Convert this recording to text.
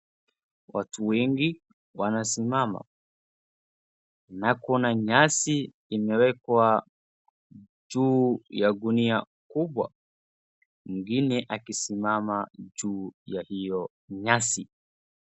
Watu wengi wanasimama na kuona nyasi imeekwa juu ya guni ya kubwa, mwingine akisimama juu ya hiyo nyasi.